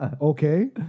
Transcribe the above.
Okay